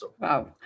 Wow